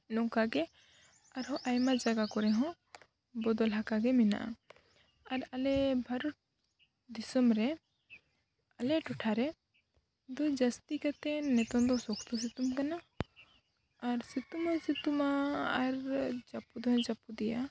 ᱱᱚᱝᱠᱟᱜᱮ ᱟᱨᱦᱚᱸ ᱟᱭᱢᱟ ᱡᱟᱭᱜᱟ ᱠᱚᱨᱮ ᱦᱚᱸ ᱵᱚᱫᱚᱞ ᱦᱟᱠᱟᱜᱮ ᱢᱮᱱᱟᱜᱼᱟ ᱟᱨ ᱟᱞᱮ ᱵᱷᱟᱨᱚᱛ ᱫᱤᱥᱚᱢ ᱨᱮ ᱟᱞᱮ ᱴᱚᱴᱷᱟᱨᱮ ᱫᱚ ᱡᱟᱹᱥᱛᱤ ᱠᱟᱭᱛᱮ ᱱᱤᱛᱳᱝ ᱫᱚ ᱥᱚᱠᱛᱚ ᱥᱤᱛᱩᱝ ᱠᱟᱱᱟ ᱟᱨ ᱥᱤᱛᱩᱝ ᱦᱚᱸ ᱥᱤᱛᱩᱝᱟ ᱟᱨ ᱡᱟᱹᱯᱩᱫ ᱦᱚᱭ ᱡᱟᱹᱯᱩᱫ ᱜᱮᱭᱟ